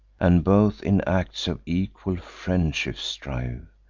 and both in acts of equal friendship strive.